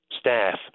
staff